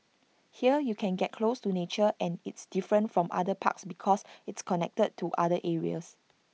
here you can get close to nature and it's different from other parks because it's connected to other areas